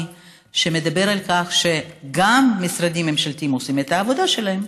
שמדבר על כך שגם משרדים ממשלתיים עושים את העבודה שלהם,